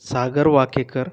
Sagar Wakekar